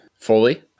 fully